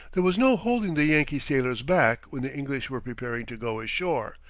there was no holding the yankee sailors back when the english were preparing to go ashore,